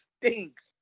stinks